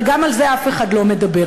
אבל גם על זה אף אחד לא מדבר.